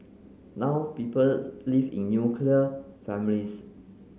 now people live in nuclear families